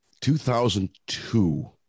2002